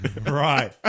right